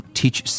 teach